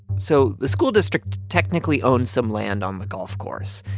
so the school district technically owns some land on the golf course,